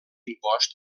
impost